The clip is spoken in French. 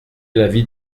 l’avis